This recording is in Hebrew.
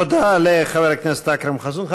תודה לחבר הכנסת אכרם חסון.